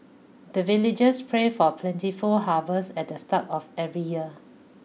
the villagers pray for plentiful harvest at the start of every year